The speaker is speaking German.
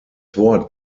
wort